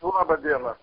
laba diena